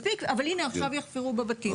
מספיק, אבל הנה עכשיו יחפרו בבתים.